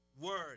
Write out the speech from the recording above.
word